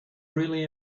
really